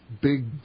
big